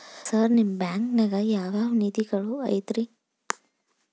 Sir ನಿಮ್ಮ ಬ್ಯಾಂಕನಾಗ ಯಾವ್ ಯಾವ ನಿಧಿಗಳು ಐತ್ರಿ?